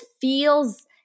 feels